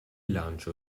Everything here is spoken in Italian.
lancio